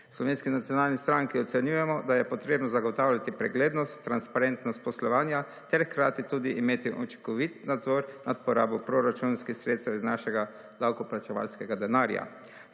Slovenski nacionalni stranki ocenjujemo, da je potrebno zagotavljati preglednost transparentnost poslovanja ter hkrati tudi imeti učinkovit nadzor nad porabo proračunskih sredstev iz našega davkoplačevalskega denarja.